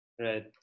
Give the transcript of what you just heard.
Right